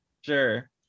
Sure